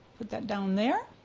put that down there,